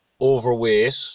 overweight